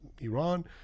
Iran